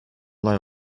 lie